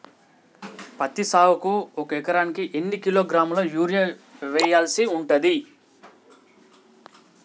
పత్తి సాగుకు ఒక ఎకరానికి ఎన్ని కిలోగ్రాముల యూరియా వెయ్యాల్సి ఉంటది?